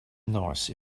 nice